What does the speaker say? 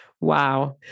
Wow